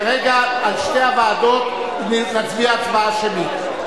כרגע על שתי הוועדות נצביע הצבעה שמית.